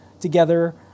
together